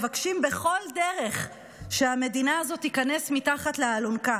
מבקשים בכל דרך שהמדינה הזאת תיכנס מתחת לאלונקה.